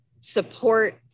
support